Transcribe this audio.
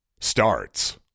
starts